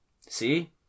See